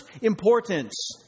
importance